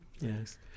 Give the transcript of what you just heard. Yes